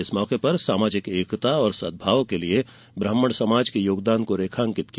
इस मौके पर सामाजिक एकता एवं सद्भाव के लिये ब्राह्मण समाज के योगदान को रेखांकित किया